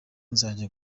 nzajya